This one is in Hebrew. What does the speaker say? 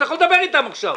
אתה יכול לדבר אתם עכשיו.